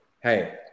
Hey